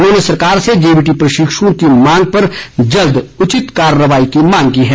उन्होंने सरकार से जेबीटी प्रशिक्षुओं की मांग पर जल्द उचित कार्रवाई की मांग की है